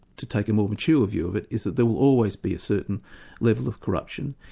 to take a more mature view of it, is that there will always be a certain level of corruption,